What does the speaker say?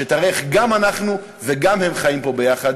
שתראה איך גם אנחנו וגם הם חיים פה, יחד.